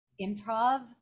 improv